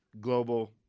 Global